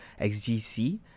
XGC